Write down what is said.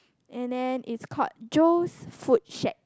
and then it's called Joe's Fruits Shake